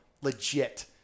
Legit